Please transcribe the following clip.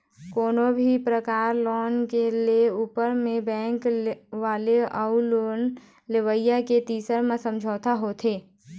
कोनो भी परकार के लोन के ले ऊपर म बेंक वाले अउ लोन लेवइया के तीर म समझौता होथे